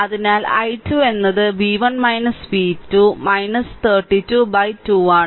അതിനാൽ i2 എന്നത് v1 v2 322 ആണ്